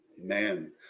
Man